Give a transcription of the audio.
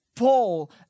Paul